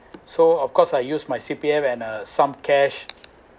so of course I use my C_P_F and uh some cash